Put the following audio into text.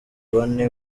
bane